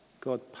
God